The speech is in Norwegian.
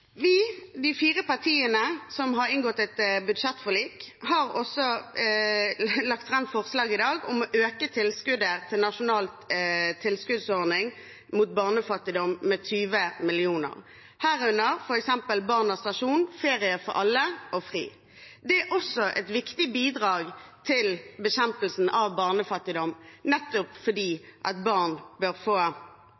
Vi, de fire partiene som har inngått et budsjettforlik, har i dag også lagt fram forslag om å øke tilskuddet til Nasjonal tilskuddsordning mot barnefattigdom med 20 mill. kr, herunder Barnas Stasjon, Ferie for alle og FRI, Foreningen for kjønns- og seksualitetsmangfold. Det er også et viktig bidrag til bekjempelsen av barnefattigdom, nettopp fordi